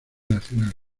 nacional